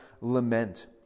lament